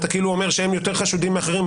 אתה אומר שהם כאילו יותר חשודים מאחרים,